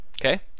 Okay